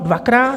Dvakrát?